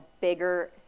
bigger